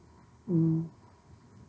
um